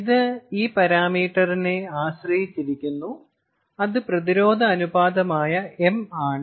ഇത് ഈ പരാമീറ്ററിനെ ആശ്രയിച്ചിരിക്കുന്നു അത് പ്രതിരോധ അനുപാതമായ m ആണ്